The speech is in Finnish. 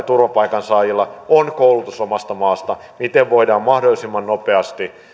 turvapaikansaajilla on koulutus omasta maasta miten voidaan mahdollisimman nopeasti